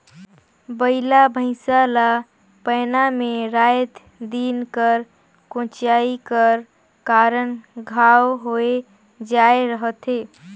बइला भइसा ला पैना मे राएत दिन कर कोचई कर कारन घांव होए जाए रहथे